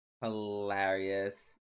hilarious